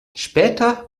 später